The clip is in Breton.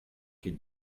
ket